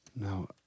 Now